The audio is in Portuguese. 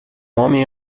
homem